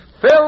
Phil